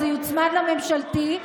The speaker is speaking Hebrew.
זה יוצמד לממשלתי.